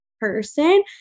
person